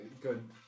Good